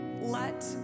let